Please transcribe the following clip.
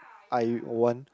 I want